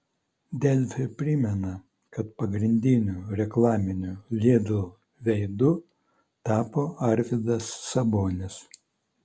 delfi primena kad pagrindiniu reklaminiu lidl veidu tapo arvydas sabonis